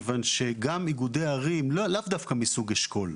כיוון שגם איגודי ערים, לאו דווקא מסוגל אשכול.